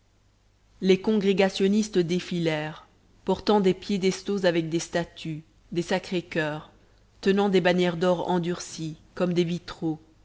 les congréganistes défilèrent portant des piédestaux avec des statues des sacré-coeur tenant des bannières d'or endurci comme des vitraux